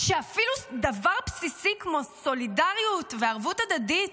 שאפילו דבר בסיסי כמו סולידריות וערבות הדדית